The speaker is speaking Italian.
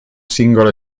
singolo